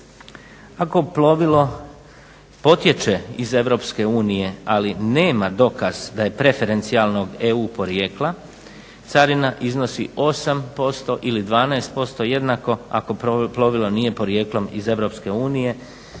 ako plovilo potječe iz EU ali nema dokaz da je preferencijalnog Eu porijekla carina iznosi 8% ili 12% jednako ako plovilo nije porijeklom iz EU